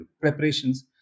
preparations